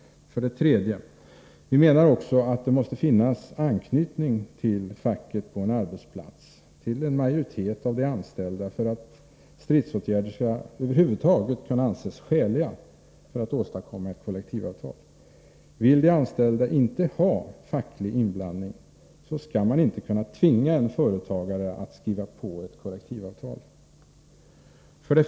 3. Vi menar också att det måste finnas anknytning till facket på en arbetsplats — till en majoritet av de anställda — för att stridsåtgärder över huvud taget skall kunna anses skäliga för att åstadkomma ett kollektivavtal. Vill de anställda inte ha facklig inblandning, skall företagaren inte kunna tvingas att skriva på ett kollektivavtal. 4.